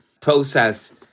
process